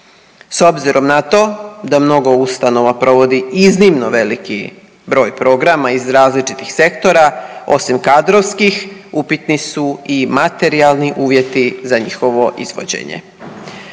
S obzirom na to da mnogo ustanova provodi iznimno veliki broj programa iz različitih sektora, osim kadrovskih upitni su i materijalni uvjeti za njihovo izvođenje.